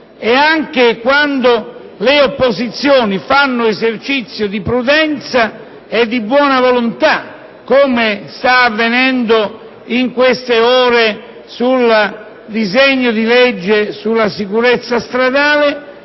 Anche quando le opposizioni fanno esercizio di prudenza e di buona volontà, come sta avvenendo in queste ore per il disegno di legge sulla sicurezza stradale,